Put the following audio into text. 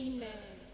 Amen